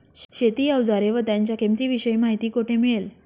शेती औजारे व त्यांच्या किंमतीविषयी माहिती कोठे मिळेल?